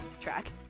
track